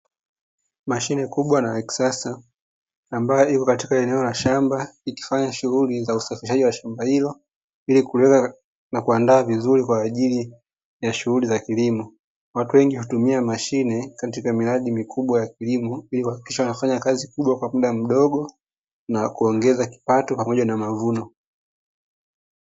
Mashine kubwa na ya kisasa amayo ipo katika eneo la shamba ikifanya shughuli ya usafishaji wa shamba hilo, ili kuliweka na kuliandaa vizuri kwa ajili ya shughuli za kilimo, watu wengi hutumia mashine katika miradi mikubwa ya kilimo ili kuhakikisha wanafanya kazi kubwa kwa mda mdogo na kuongeza kipato pamoja na mavuno.